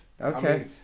Okay